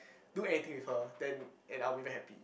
do anything with her then and I will be very happy